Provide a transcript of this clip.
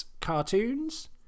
Cartoons